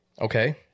Okay